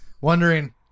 wondering